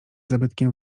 zabytkiem